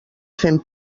fent